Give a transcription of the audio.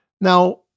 Now